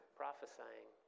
prophesying